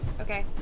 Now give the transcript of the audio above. Okay